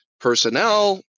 personnel